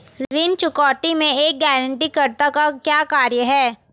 ऋण चुकौती में एक गारंटीकर्ता का क्या कार्य है?